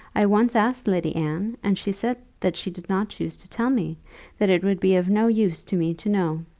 i once asked lady anne, and she said that she did not choose to tell me that it would be of no use to me to know.